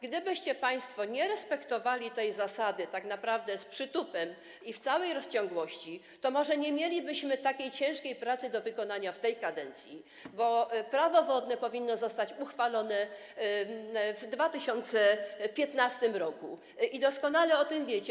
Gdybyście państwo nie respektowali tej zasady tak naprawdę z przytupem i w całej rozciągłości, to może nie mielibyśmy takiej ciężkiej pracy do wykonania w tej kadencji, bo Prawo wodne powinno zostać uchwalone w 2015 r., i doskonale o tym wiecie.